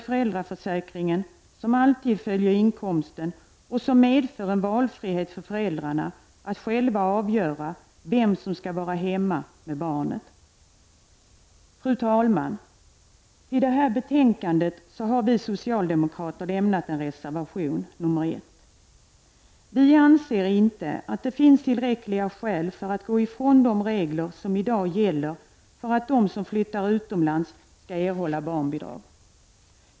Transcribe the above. Föräldraförsäkringen däremot följer alltid inkomsten och medför en valfrihet för föräldrarna att själva avgöra vem som skall vara hemma med barnet. Fru talman! Till det här betänkandet har vi socialdemokrater fogat reservation 1. Vi anser inte att det finns tillräckliga skäl för att gå ifrån de regler som i dag gäller för att de som flyttat utomlands skall erhålla barnbidrag.